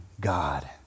God